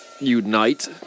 Unite